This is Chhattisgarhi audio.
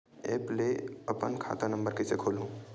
एप्प म ले अपन खाता नम्बर कइसे खोलहु?